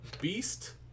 beast